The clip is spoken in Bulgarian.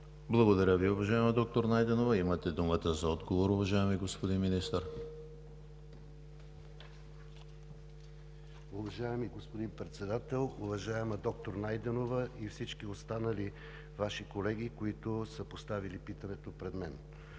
Благодаря Ви, уважаема доктор Найденова. Имате думата за отговор, уважаеми господин Министър. МИНИСТЪР КИРИЛ АНАНИЕВ: Уважаеми господин Председател, уважаема доктор Найденова и всички останали Ваши колеги, които са поставили питането пред мен!